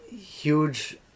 huge